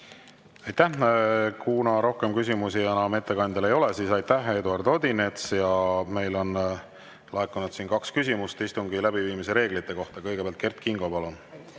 Aitäh! Kuna rohkem küsimusi ettekandjale ei ole, siis aitäh, Eduard Odinets! Meile on laekunud kaks küsimust istungi läbiviimise reeglite kohta. Kõigepealt Kert Kingo, palun!